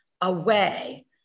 away